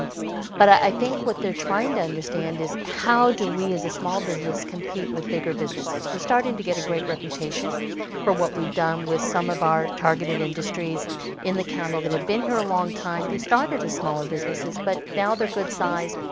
um but i think what they're trying to understand is how do we, as a small business, compete with bigger businesses? we're starting to get a great reputation for what we've done with some of our targeted industries in the county that had been here a long time, they started a smaller businesses, but now they're good sized,